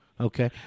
Okay